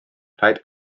rhaid